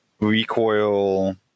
Recoil